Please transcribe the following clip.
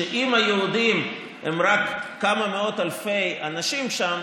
שאם היהודים הם רק כמה מאות אלפי אנשים שם,